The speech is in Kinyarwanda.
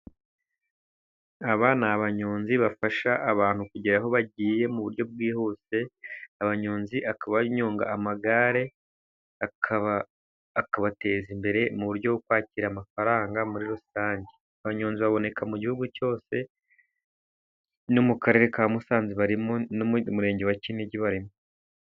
Aba ni abanyonzi bafasha abantu kugera aho bagiye mu buryo bwihuse, abanyonzi bakaba banyonga amagare, akabateza imbere mu buryo bwo kwakira amafaranga muri rusange. Abanyonzi baboneka mu gihugu cyose no mu Karere ka Musanze barimo no mu Murenge wa Kinigi barimo.